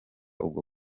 ubwo